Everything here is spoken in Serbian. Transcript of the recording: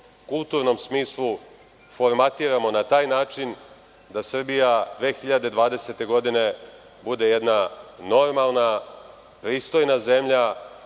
kulturnom smislu formatiramo na taj način da Srbija 2020. godine bude jedna normalna, pristojna zemlja,